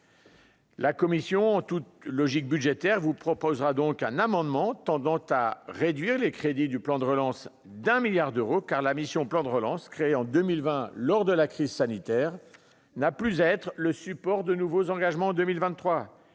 La Commission toute logique budgétaire vous proposera donc un amendement tendant à réduire les crédits du plan de relance d'un milliard d'euros car la mission plan de relance, créée en 2020 lors de la crise sanitaire n'a plus à être le support de nouveaux engagements en 2023